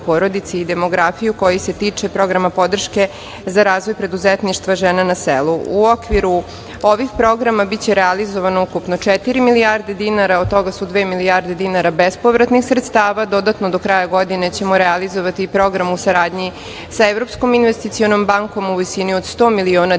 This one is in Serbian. i demografiju koji se tiče programa podrške za razvoj preduzetništva žena na selu.U okviru ovih programa biće realizovano ukupno četiri milijarde dinara. Od toga su dve milijarde dinara bespovratnih sredstava, dodatno do kraja godine ćemo realizovati program u saradnji sa Evropskom investicionom bankom u visini od 100 miliona dinara